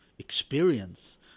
Experience